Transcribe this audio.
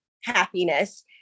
happiness